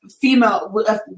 female